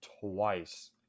twice